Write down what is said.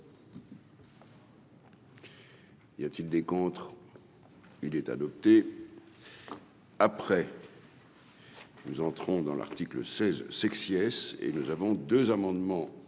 Y a-t-il des contre, il est adopté après. Nous entrons dans l'article 16 sexy S et nous avons 2 amendements